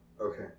okay